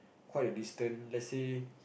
quite a distant let's say